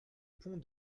pont